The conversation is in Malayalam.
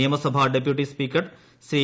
നിയമസഭാ ഡെപ്യൂട്ടി സ്പീക്കർ ശ്രീ